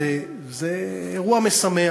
זה אירוע משמח,